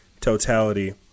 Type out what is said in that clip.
totality